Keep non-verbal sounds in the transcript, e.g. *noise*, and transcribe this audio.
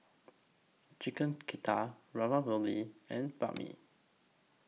Chicken *unintelligible* Ravioli and Banh MI